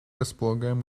располагаем